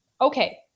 Okay